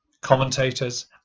Commentators